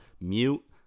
mute